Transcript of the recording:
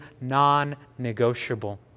non-negotiable